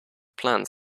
plans